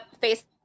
face